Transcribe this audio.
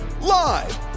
live